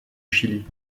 chili